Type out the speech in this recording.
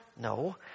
No